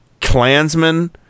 klansmen